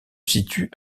situe